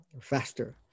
faster